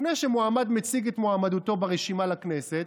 לפני שמועמד מציג את מועמדותו לרשימה לכנסת,